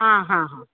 हां हां हां